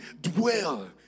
dwell